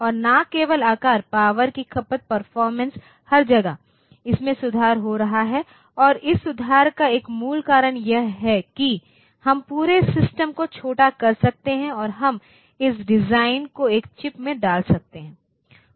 और न केवल आकार पावर की खपत परफॉरमेंस हर जगह इसमें सुधार हो रहा है और इस सुधार का एक मूल कारण यह है कि हम पूरे सिस्टम को छोटा कर सकते हैं और हम इस डिजाइन को एक चिप में डाल सकते हैं